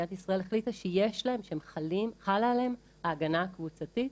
מדינת ישראל החליטה שחלה עליהם ההגנה הקבוצתית,